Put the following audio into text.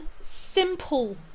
simple